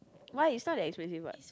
why it's not that expensive what